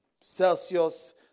Celsius